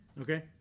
Okay